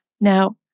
Now